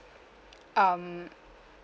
um